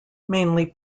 mainly